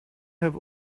have